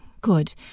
good